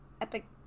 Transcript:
Epic